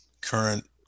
current